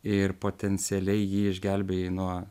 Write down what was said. ir potencialiai jį išgelbėji nuo